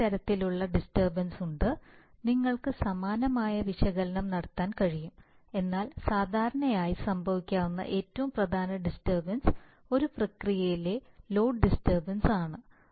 നിരവധി തരത്തിലുള്ള ഡിസ്റ്റർബൻസ് ഉണ്ട് നിങ്ങൾക്ക് സമാനമായ വിശകലനം നടത്താൻ കഴിയും എന്നാൽ സാധാരണയായി സംഭവിക്കുന്ന ഏറ്റവും പ്രധാന ഡിസ്റ്റർബൻസ് ഒരു പ്രക്രിയയിലെ ലോഡ് ഡിസ്റ്റർബൻസ് ആണ്